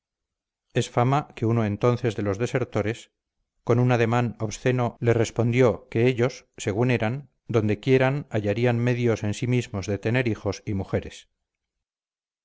es fama que uno entonces de los desertores con un ademán obsceno le respondió que ellos según eran donde quiera hallarían medios en sí mismos de tener hijos y mujeres